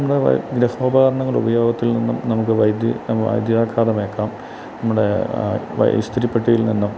ഉപകരണങ്ങൾ ഉപയോഗത്തിൽ നിന്നും നമുക്ക് വൈദ്യു വൈദ്യുതി ആഘാതം ഏല്ക്കാം നമ്മുടെ ഇസ്തിരിപ്പെട്ടിയിൽ നിന്നും